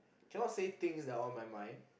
cannot say things that's on my mind